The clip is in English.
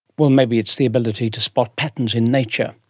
well, maybe it's the ability to spot patterns in nature?